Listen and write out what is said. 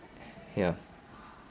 ya